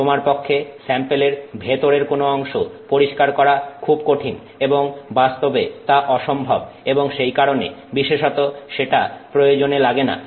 তোমার পক্ষে স্যাম্পেলের ভেতরের কোন অংশ পরিষ্কার করা খুব কঠিন এবং বাস্তবে তা অসম্ভব এবং সেই কারণে বিশেষত সেটা প্রয়োজনে লাগেনা